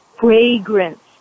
fragrance